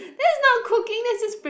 that's not cooking that's just